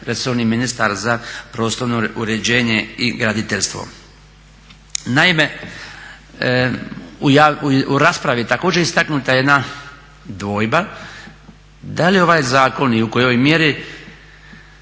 resorni ministar za prostorno uređenje i graditeljstvo. Naime, u raspravi je također istaknuta jedna dvojba, da li ovaj zakon i u kojoj mjeri